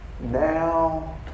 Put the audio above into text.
now